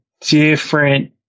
different